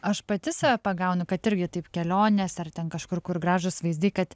aš pati save pagaunu kad irgi taip kelionėse ar ten kažkur kur gražūs vaizdai kad